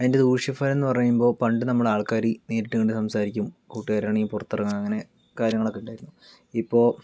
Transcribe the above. അതിൻ്റെ ദൂഷ്യഫലം എന്ന് പറയുമ്പോൾ പണ്ട് നമ്മൾ ആൾക്കാര് നേരിട്ട് കണ്ട് സംസാരിക്കും കൂട്ടുകാര് ആണെങ്കിൽ പുറത്ത് ഇറങ്ങുക അങ്ങനെ കാര്യങ്ങളൊക്കെ ഉണ്ടായിരുന്നു ഇപ്പോൾ